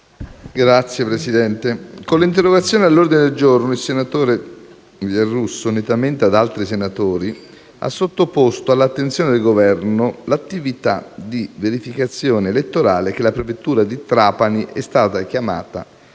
senatori, con l'interrogazione all'ordine del giorno, il senatore Giarrusso, unitamente ad altri senatori, ha sottoposto all'attenzione del Governo l'attività di verificazione elettorale che la prefettura di Trapani è stata chiamata